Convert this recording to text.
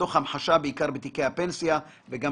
תוך המחשה בעיקר בתיקי הפנסיה וגם